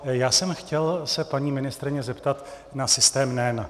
Já jsem se chtěl paní ministryně zeptat na systém NEN.